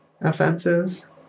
offenses